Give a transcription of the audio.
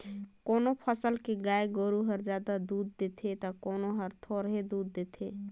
कोनो नसल के गाय गोरु हर जादा दूद देथे त कोनो हर थोरहें दूद देथे